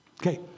Okay